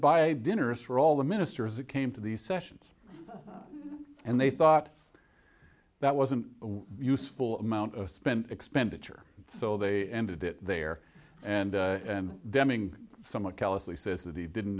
buy dinners for all the ministers that came to these sessions and they thought that wasn't useful amount of spent expenditure so they ended it there and and d